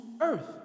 earth